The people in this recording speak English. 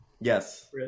Yes